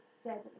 steadily